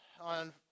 on